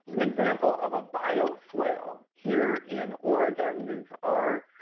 an example of a bioswale here in oregon. these are